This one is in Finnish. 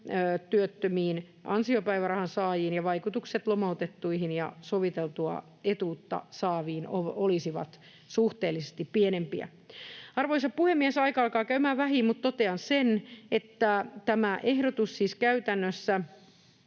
työttömiin ansiopäivärahan saajiin, ja vaikutukset lomautettuihin ja soviteltua etuutta saaviin olisivat suhteellisesti pienempiä. Arvoisa puhemies! Aika alkaa käymään vähiin, mutta totean sen, että tämä ehdotus siis käytännössä